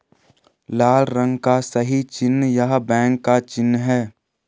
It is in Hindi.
लाल रंग का सही चिन्ह यस बैंक का चिन्ह है